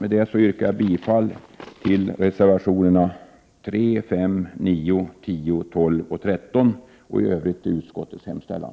Med detta yrkar jag bifall till reservationerna 3, 5, 9, 10, 12 och 13 och i övrigt till utskottets hemställan.